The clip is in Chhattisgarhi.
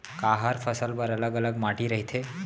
का हर फसल बर अलग अलग माटी रहिथे?